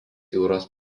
jūros